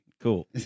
cool